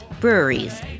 breweries